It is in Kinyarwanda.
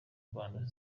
rwanda